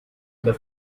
the